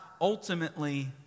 ultimately